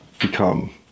become